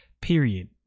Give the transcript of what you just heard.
period